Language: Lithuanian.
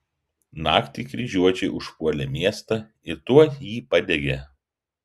naktį kryžiuočiai užpuolė miestą ir tuoj jį padegė